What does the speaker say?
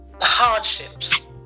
hardships